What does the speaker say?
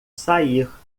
sair